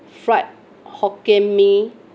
fried hokkien mee